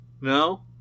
No